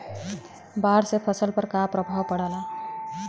बाढ़ से फसल पर क्या प्रभाव पड़ेला?